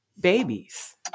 babies